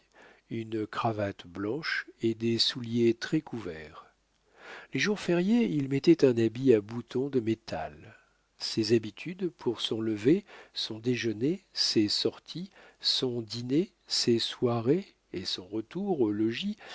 une cravate blanche et des souliers très couverts les jours fériés il mettait un habit à boutons de métal ses habitudes pour son lever son déjeuner ses sorties son dîner ses soirées et son retour au logis